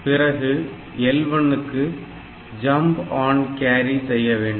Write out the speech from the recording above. பிறகு L1 க்கு jump on carry செய்ய வேண்டும்